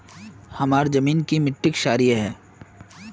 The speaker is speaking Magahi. हमार जमीन की मिट्टी क्षारीय है?